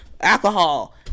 alcohol